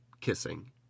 kissing